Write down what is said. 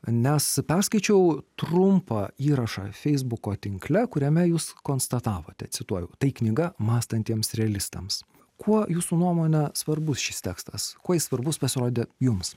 nes perskaičiau trumpą įrašą feisbuko tinkle kuriame jūs konstatavote cituoju tai knyga mąstantiems realistams kuo jūsų nuomone svarbus šis tekstas kuo jis svarbus pasirodė jums